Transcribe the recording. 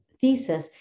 thesis